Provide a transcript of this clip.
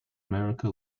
america